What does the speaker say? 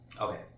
Okay